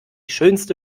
schönste